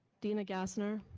dena gasner.